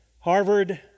Harvard